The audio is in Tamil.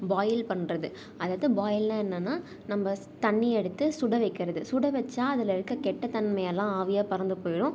பாயில் பண்ணுறது அதாவது பாயில்னா என்னென்னா நம்ம ஸ் தண்ணியை எடுத்து சுட வெக்கிறது சுட வெச்சால் அதில் இருக்க கெட்டத் தன்மை எல்லாம் ஆவியாக பறந்து போய்ரும்